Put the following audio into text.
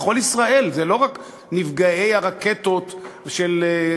בכל ישראל, זה לא רק נפגעי הרקטות של עוטף-עזה,